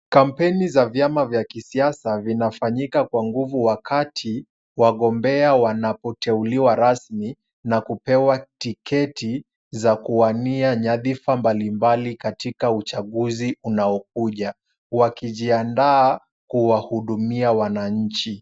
Kampeni za vyama vya kisiasa zinafanyika kwa nguvu wakati wagombea wanpoteuliwa rasmi, na kupewa tiketi za kuwania nyadhifa mbalimbali katika uchaguzi unaokuja, wakijiandaa kuwahudumia wananchi.